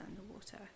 underwater